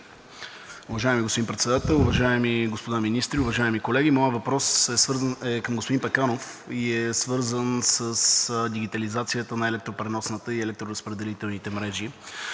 Уважаеми господин Председател, уважаеми господа министри, уважаеми колеги! Моят въпрос е към господин Пеканов и е свързан с дигитализацията на електропреносните и електроразпределителните мрежи.